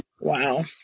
Wow